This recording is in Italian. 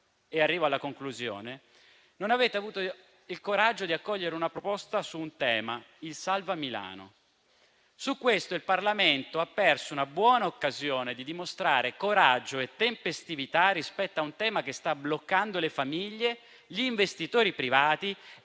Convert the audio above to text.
e arrivo alla conclusione - non avete avuto il coraggio di accogliere una proposta su un tema, il salva Milano. Su questo il Parlamento ha perso una buona occasione di dimostrare coraggio e tempestività rispetto a un tema che sta bloccando le famiglie, gli investitori privati